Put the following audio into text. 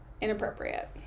inappropriate